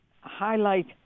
highlight